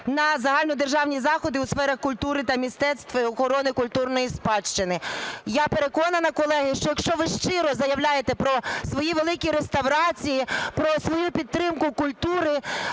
на загальнодержавні заходи у сферах культури та мистецтва, охорони культурної спадщини. Я переконана, колеги, що якщо ви щиро заявляєте про свої великі реставрації, про свою підтримку культури,